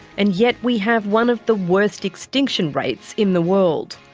and yet we have one of the worst extinction rates in the world.